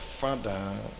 Father